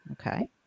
Okay